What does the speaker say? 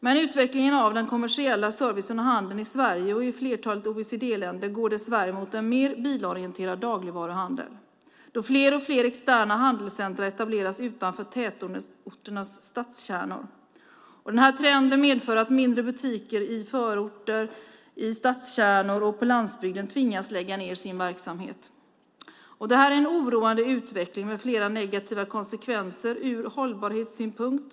Men utvecklingen av den kommersiella servicen och handeln i Sverige och i flertalet OECD-länder går dess värre mot en mer bilorienterad dagligvaruhandel, eftersom fler och fler externa handelscentra etableras utanför tätorternas stadskärnor. Denna trend medför att mindre butiker i förorter, i stadskärnor och på landsbygden tvingas lägga ned sin verksamhet. Det här är en oroande utveckling med flera negativa konsekvenser ur hållbarhetssynpunkt.